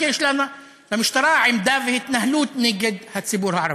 כי יש למשטרה עמדה והתנהלות נגד הציבור הערבי.